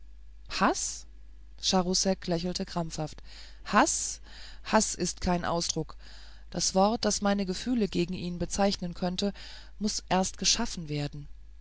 lächelte krampfhaft haß haß ist kein ausdruck das wort das meine gefühle gegen ihn bezeichnen könnte muß erst geschaffen werden